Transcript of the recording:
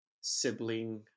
sibling